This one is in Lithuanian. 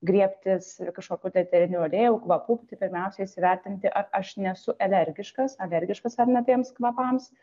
griebtis kažkokių tai eterinių aliejų kvapų tai pirmiausia įsivertinti ar aš nesu elergiškas alergiškas ar ne tiems kvapams